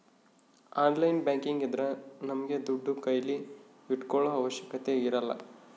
online banking ಇದ್ರ ನಮ್ಗೆ ದುಡ್ಡು ಕೈಲಿ ಇಟ್ಕೊಳೋ ಅವಶ್ಯಕತೆ ಇರಲ್ಲ